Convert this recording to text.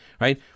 right